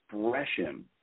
expression